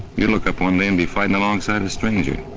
you'd look up one day and be fighting alongside a stranger.